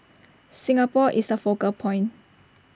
Singapore is A focal point